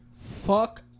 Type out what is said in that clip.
Fuck